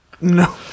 no